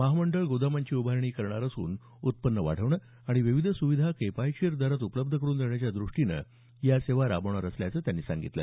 महामंडळ गोदामांचीही उभारणी करणार असून उत्पन्न वाढवणं आणि विविध सुविधा किफायतशीर दरात उपलब्ध करुन देण्याच्या द्रष्टीनं या सेवा राबवणार असल्याचं त्यांनी सांगितलं